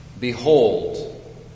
Behold